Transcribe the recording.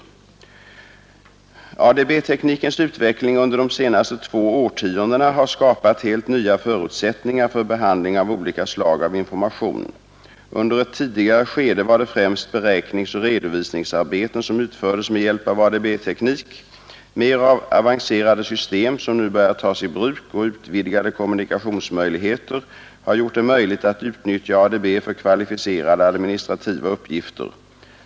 ADB-teknikens utveckling under de två senaste årtiondena har skapat helt nya förutsättningar för behandling av olika slag av information. Under ett tidigare skede var det främst beräkningsoch redovisningsarbeten som utfördes med hjälp av ADB-teknik. Mer avancerade system, som nu börjar tas i bruk, och utvidgade kommunikationsmöjligheter har gjort det möjligt att utnyttja ADB för kvalificerade administrativa uppgifter.